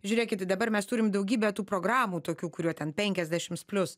žiūrėkit dabar mes turim daugybę tų programų tokių kurie ten penkiasdešims plius